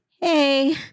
Hey